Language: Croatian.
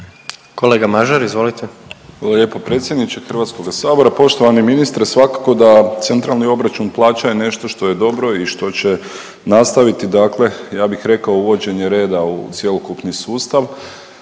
Kolega Sačić, izvolite.